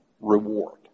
reward